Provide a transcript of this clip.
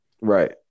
Right